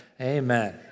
Amen